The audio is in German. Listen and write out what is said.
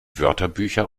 wörterbücher